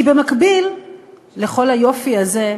כי במקביל לכל היופי הזה,